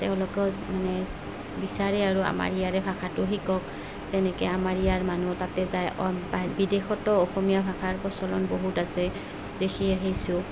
তেওঁলোকেও মানে বিচাৰে আৰু আমাৰ ইয়াৰে ভাষাটো শিকক তেনেকৈ আমাৰ ইয়াৰ মানুহ তাতে যায় অ বিদেশতো অসমীয়া ভাষাৰ প্ৰচলন বহুত আছে দেখি আহিছোঁ